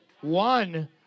One